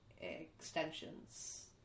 extensions